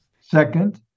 Second